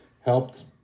helped